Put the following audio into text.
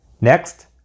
Next